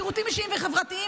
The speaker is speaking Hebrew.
שירותים אישיים וחברתיים,